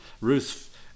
Ruth